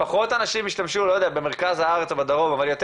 ופחות אנשים ישתמשו במרכז הארץ או בדרום אבל יותר